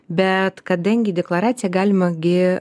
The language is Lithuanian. bet kadangi deklaraciją galima gi